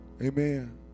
Amen